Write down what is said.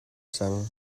cang